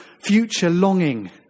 future-longing